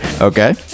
Okay